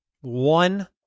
one